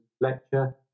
lecture